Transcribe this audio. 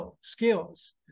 skills